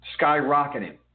Skyrocketing